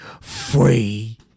Free